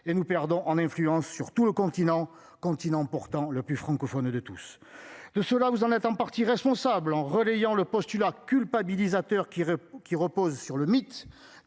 et nous perdons en influence sur tout le continent, continent, pourtant le plus francophone de tous de ceux-là vous en être en partie responsable en relayant le postulat culpabilisateur qui qui repose sur le mythe